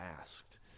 asked